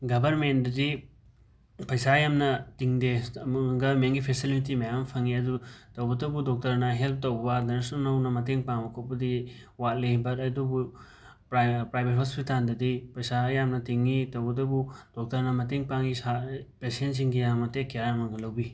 ꯒꯕꯔꯃꯦꯟꯗꯗꯤ ꯄꯩꯁꯥ ꯌꯥꯝꯅ ꯇꯤꯡꯗꯦ ꯒꯃꯦꯟꯒꯤ ꯐꯦꯁꯤꯂꯤꯇꯤ ꯃꯌꯥꯝ ꯐꯪꯏ ꯑꯗꯨ ꯇꯧꯕꯇꯕꯨ ꯗꯣꯛꯇꯔꯅ ꯍꯦꯜꯞ ꯇꯧꯕ ꯅꯔꯁꯅ ꯅꯧꯅ ꯃꯇꯦꯡ ꯄꯥꯡꯕ ꯈꯣꯠꯄꯗꯤ ꯋꯥꯠꯂꯤ ꯕꯠ ꯑꯗꯨꯕꯨ ꯄ꯭ꯔꯥꯏ ꯄ꯭ꯔꯥꯏꯕꯦꯠ ꯍꯣꯁꯄꯤꯇꯥꯟꯗꯗꯤ ꯄꯩꯁꯥ ꯌꯥꯝꯅ ꯇꯤꯡꯏ ꯇꯧꯕꯗꯕꯨ ꯗꯣꯛꯇꯔꯅ ꯃꯇꯦꯡ ꯄꯥꯡꯏ ꯄꯦꯁꯦꯟꯁꯤꯡꯒꯤ ꯌꯥꯝ ꯃꯇꯦꯡ ꯀꯦꯌꯔ ꯑꯃꯕꯨ ꯂꯧꯕꯤ